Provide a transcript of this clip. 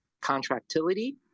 contractility